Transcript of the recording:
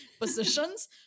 positions